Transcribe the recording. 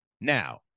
Now